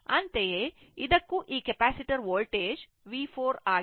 ಅಂತೆಯೇ ಇದಕ್ಕೂ ಈ ಕೆಪಾಸಿಟರ್ ವೋಲ್ಟೇಜ್ V 4 ಆಗಿದೆ